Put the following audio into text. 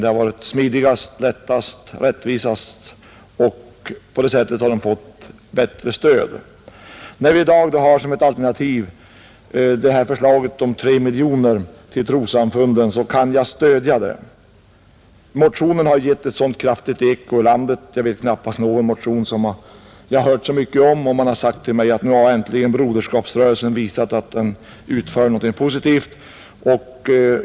Det hade varit smidigast, lättast och rättvisast, och på det sättet hade samfunden fått bättre stöd. När vi i dag har som ett alternativ det här förslaget om 3 miljoner kronor till trossamfunden så kan jag stödja det. Motionen har gett ett sådant kraftigt eko i landet att jag knappast vet någon motion som jag har hört så mycket om. Man har sagt till mig att nu har äntligen Broderskapsrörelsen visat att den utför någonting positivt.